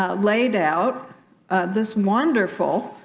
ah laid out this wonderful